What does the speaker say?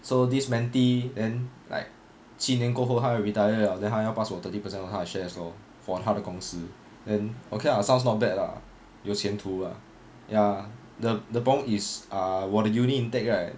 so this mentee and then like 七年过后他要 retire 了 then 他要 pass 我 thirty percent of 他的 shares lor for 他的公司 and okay lah sounds not bad lah 有前途 lah ya the the problem is ah 我的 the uni intake right